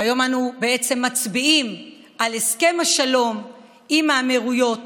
היום אנו בעצם מצביעים על הסכם השלום עם האמירויות